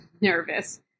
nervous